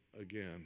again